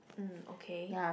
um okay